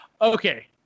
Okay